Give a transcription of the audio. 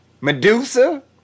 Medusa